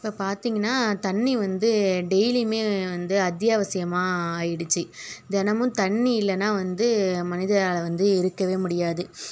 இப்போ பார்த்திங்கன்னா தண்ணி வந்து டெயிலியுமே வந்து அத்தியாவசியமாக ஆயிடுச்சு தினமும் தண்ணி இல்லைனா வந்து மனிதரால் வந்து இருக்கவே முடியாது